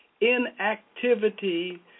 inactivity